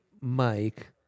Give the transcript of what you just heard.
mike